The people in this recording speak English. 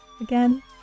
Again